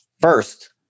first